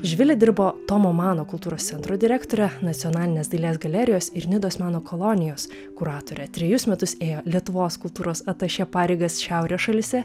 živilė dirbo tomo mano kultūros centro direktore nacionalinės dailės galerijos ir nidos meno kolonijos kuratore trejus metus ėjo lietuvos kultūros atašė pareigas šiaurės šalyse